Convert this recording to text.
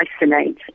isolate